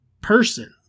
person